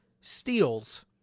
steals